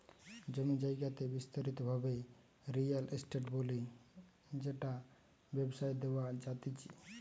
জমি জায়গাকে বিস্তারিত ভাবে রিয়েল এস্টেট বলে যেটা ব্যবসায় দেওয়া জাতিচে